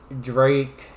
Drake